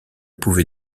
pouvait